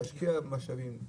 להשקיע משאבים,